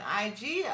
ig